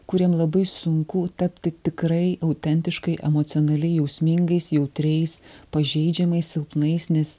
kuriem labai sunku tapti tikrai autentiškai emocionaliai jausmingais jautriais pažeidžiamais silpnais nes